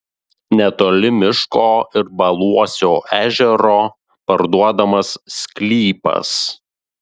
netoli miško ir baluosio ežero parduodamas sklypas